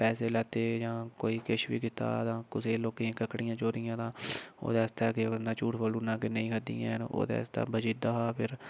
पैसे लैते जां कोई किश बी कीता तां कुसै लोकें दियां कक्ड़ियां चोरी तां ओह्दे आस्तै केह् करना झूठ बोली ओड़ना कि नेईं खाद्धी दियां हैन ओह्दे आस्तै बची जंदा हा फिर